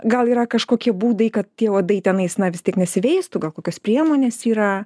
gal yra kažkokie būdai kad tie uodai tenais na vis tiek nesiveistų gal kokios priemonės yra